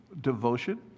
devotion